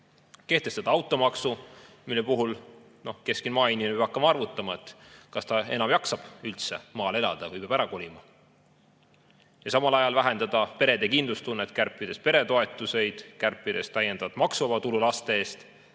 kehtestada automaks, mille puhul keskmine maainimene peab hakkama arvutama, kas ta enam jaksab üldse maal elada või peab ära kolima, ja samal ajal vähendada perede kindlustunnet, kärpides peretoetuseid ja kärpides täiendavat maksuvaba tulu laste eest